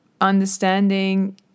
understanding